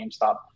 GameStop